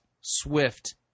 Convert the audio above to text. swift